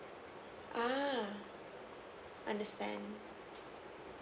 uh understand